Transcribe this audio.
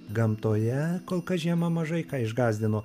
gamtoje kol kas žiema mažai ką išgąsdino